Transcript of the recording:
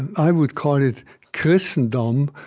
and i would call it christendom,